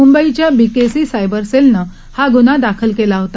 मुंबईच्या B K C cyber सेलनं हा गुन्हा दाखल केला होता